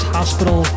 Hospital